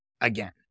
again